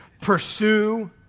Pursue